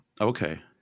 Okay